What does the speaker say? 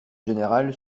général